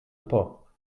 pas